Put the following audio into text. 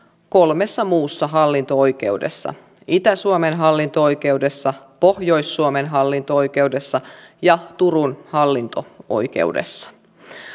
kolmessa muussa hallinto oikeudessa itä suomen hallinto oikeudessa pohjois suomen hallinto oikeudessa ja turun hallinto oikeudessa